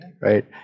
Right